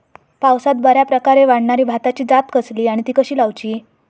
पावसात बऱ्याप्रकारे वाढणारी भाताची जात कसली आणि ती कशी लाऊची?